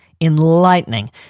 enlightening